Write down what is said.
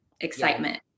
excitement